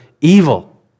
evil